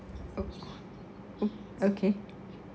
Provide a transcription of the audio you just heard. o~ oh okay